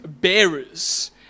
bearers